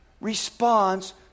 responds